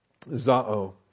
Zao